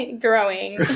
growing